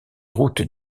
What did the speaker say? routes